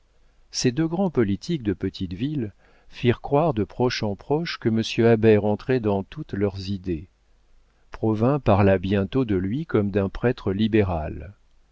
ces deux grands politiques de petite ville firent croire de proche en proche que monsieur habert entrait dans toutes leurs idées provins parla bientôt de lui comme d'un prêtre libéral